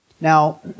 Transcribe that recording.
Now